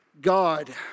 God